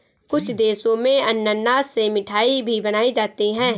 कुछ देशों में अनानास से मिठाई भी बनाई जाती है